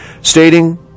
stating